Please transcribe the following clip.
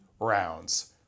rounds